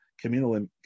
communal